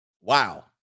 Wow